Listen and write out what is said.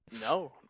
No